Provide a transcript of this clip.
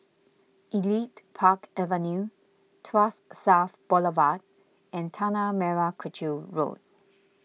Elite Park Avenue Tuas South Boulevard and Tanah Merah Kechil Road